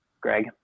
Greg